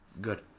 good